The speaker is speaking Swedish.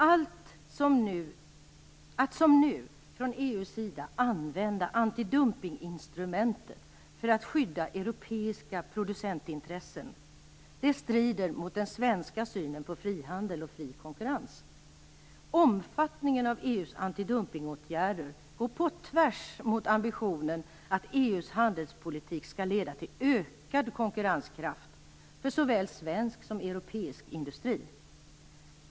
Att som nu från EU:s sida använda antidumpningsinstrumentet för att skydda europeiska producentintressen strider mot den svenska synen på frihandel och fri konkurrens. Omfattningen av EU:s antidumpningsåtgärder går på tvärs mot ambitionen att EU:s handelspolitik skall leda till ökad konkurrenskraft för såväl svensk som europeisk industri.